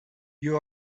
you